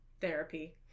therapy